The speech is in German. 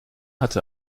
hatte